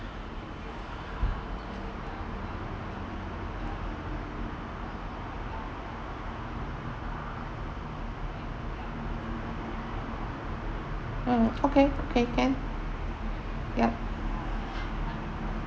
mm okay okay can ya